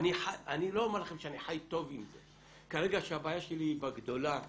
חי טוב עם זה, כרגע שהבעיה שלי היא בגדולה.